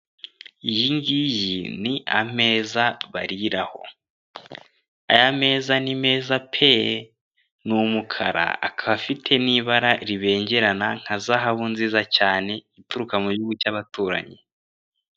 Iyi ngiyi ni ameza bariraho. Aya meza ni meza pe ni umukara, akaba afite n'ibara ribengerana nka zahabu nziza cyane, ituruka mu gihugu cy'abaturanyi.